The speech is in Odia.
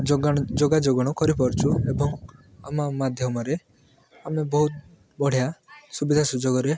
ଯୋଗାଣ ଯୋଗାଯୋଗାଣ କରିପାରୁଛୁ ଏବଂ ଆମ ମାଧ୍ୟମରେ ଆମେ ବହୁତ ବଢ଼ିଆ ସୁବିଧା ସୁଯୋଗରେ